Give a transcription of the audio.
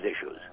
issues